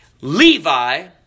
Levi